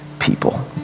people